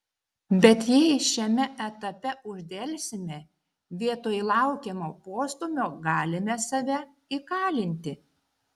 bet jei šiame etape uždelsime vietoj laukiamo postūmio galime save įkalinti